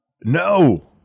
No